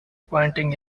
pointing